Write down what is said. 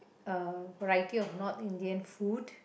uh variety of North Indian food